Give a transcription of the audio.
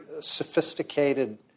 sophisticated